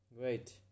Great